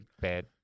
bad